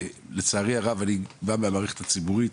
לצערי הרב, אני בא מהמערכת הציבורית,